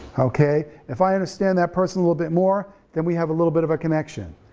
okay, if i understand that person a little bit more then we have a little bit of a connection,